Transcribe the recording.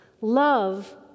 Love